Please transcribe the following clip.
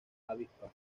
avispa